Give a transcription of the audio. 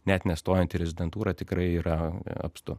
net nestojant į rezidentūrą tikrai yra apstu